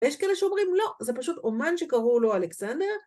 יש כאלה שאומרים לא, זה פשוט אומן שקראו לו אלכסנדר